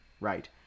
right